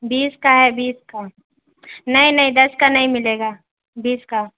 بیس کا ہے بیس کا نہیں نہیں دس کا نہیں ملے گا بیس کا